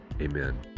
Amen